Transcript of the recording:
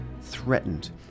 threatened